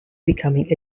becoming